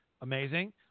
Amazing